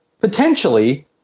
potentially